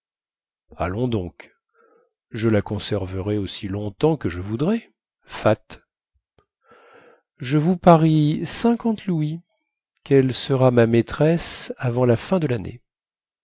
allons donc je la conserverai aussi longtemps que je voudrai fat je vous parie cinquante louis quelle sera ma maîtresse avant la fin de lannée